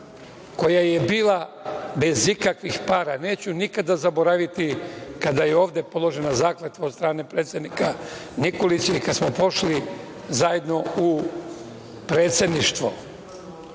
koja je bila bez ikakvih para. Neću nikada zaboraviti kada je ovde položena zakletva od strane predsednika Nikolića i kada smo pošli zajedno u predsedništvo.